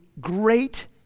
great